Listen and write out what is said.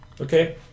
Okay